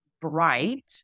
bright